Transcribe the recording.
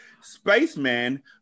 spaceman